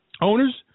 owners